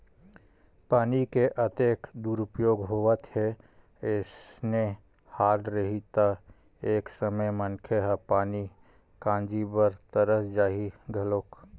पानी के अतेक दुरूपयोग होवत हे अइसने हाल रइही त एक समे मनखे ह पानी काजी बर तरस जाही घलोक